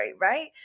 right